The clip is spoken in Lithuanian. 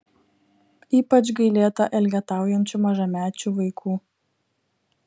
ypač gailėta elgetaujančių mažamečių vaikų